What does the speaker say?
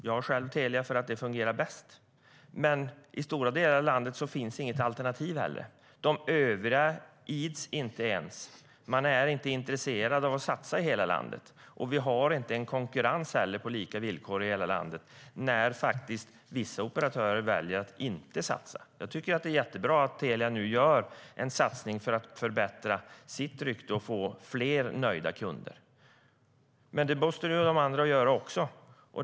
Jag har själv Telia därför att det fungerar bäst. Men i stora delar av landet finns inget alternativ. De övriga ids inte ens. De är inte intresserade av att satsa i hela landet. Vi har inte heller en konkurrens på lika villkor i hela landet när vissa operatörer väljer att inte satsa. Jag tycker att det är jättebra att Telia nu gör en satsning för att förbättra sitt rykte och få fler nöjda kunder. Men det måste de andra göra också.